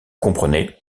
comprenez